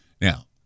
Now